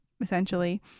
essentially